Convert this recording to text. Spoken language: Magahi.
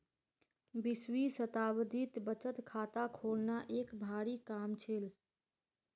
बीसवीं शताब्दीत बचत खाता खोलना एक भारी काम छील